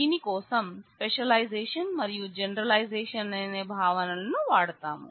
దీని కోసం స్పెషలైజేషన్ మరియు జనరలైజేషన్ అనే భావన లను వాడతాం